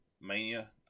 Mania